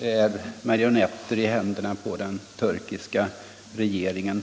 är marionetter i händerna på den turkiska regeringen.